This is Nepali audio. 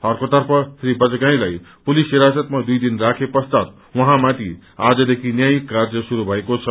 अर्कोतर्फ श्री बजगाँईलाई पुलिस हिरासतमा दुइ दिने राखे पश्चात उहाँमाथि आजदेखि न्यायिक कार्य शुरू भएको छ